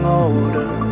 older